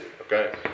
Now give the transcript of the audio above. Okay